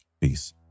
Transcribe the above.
Peace